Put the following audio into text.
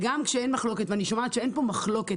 וגם כשאין מחלוקת ואני שומעת שאין פה מחלוקת